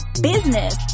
business